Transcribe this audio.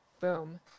boom